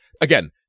Again